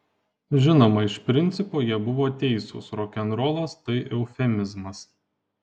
žinoma iš principo jie buvo teisūs rokenrolas tai eufemizmas